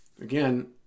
Again